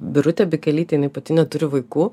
birutė bikelytė jinai pati neturi vaikų